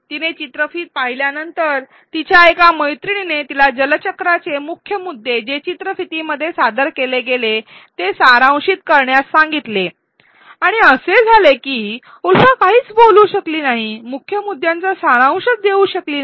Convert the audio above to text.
तिने चित्रफीत पाहिल्यानंतर तिच्या एका मैत्रिणीने तिला जल चक्राचे मुख्य मुद्दे जे चित्रफितीमध्ये सादर केले गेले ते सारांशित करण्यास सांगितले आणि असे झाले की उल्फा काहीच बोलू शकली नाही मुख्य मुद्द्यांचा सारांश देऊ शकली नाही